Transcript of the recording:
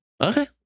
Okay